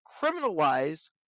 criminalize